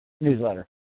Newsletter